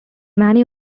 many